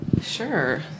Sure